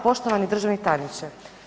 Poštovani državni tajniče.